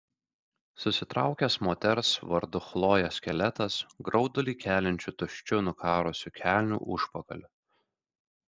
susitraukęs moters vardu chlojė skeletas graudulį keliančiu tuščiu nukarusiu kelnių užpakaliu